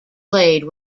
played